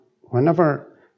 whenever